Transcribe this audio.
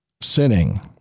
sinning